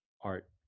art